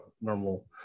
normal